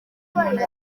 umuntu